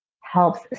helps